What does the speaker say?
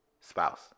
spouse